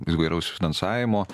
įvairaus finansavimo